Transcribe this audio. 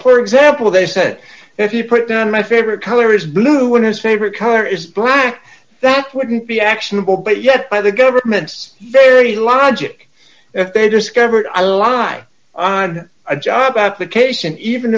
clear example they said if you put down my favorite color is blue when his favorite color is black that wouldn't be actionable but yet by the government's very logic if they discovered i lie on a job application even